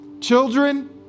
children